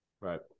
Right